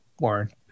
Warren